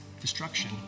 destruction